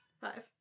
Five